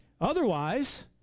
Otherwise